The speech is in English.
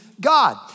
God